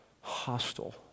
hostile